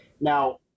Now